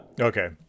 Okay